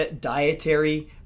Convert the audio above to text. dietary